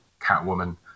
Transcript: Catwoman